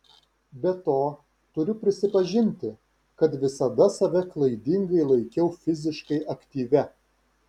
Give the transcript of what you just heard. be to turiu prisipažinti kad visada save klaidingai laikiau fiziškai aktyvia